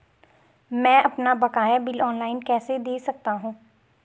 मैं अपना बकाया बिल ऑनलाइन कैसे दें सकता हूँ?